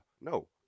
no